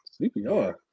CPR